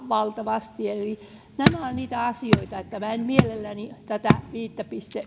valtavasti nämä ovat niitä asioita niin että minä en mielelläni tätä viittä pilkku